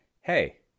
hey